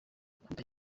kuri